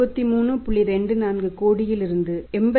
24 கோடி ரூபாயிலிருந்து 87